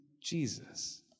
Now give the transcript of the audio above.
Jesus